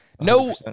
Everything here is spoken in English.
No